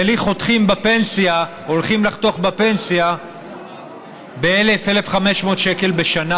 ולי הולכים לחתוך בפנסיה 1,000 1,500 שקל בשנה,